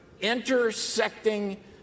intersecting